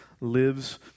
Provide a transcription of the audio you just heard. lives